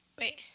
Wait